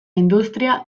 industria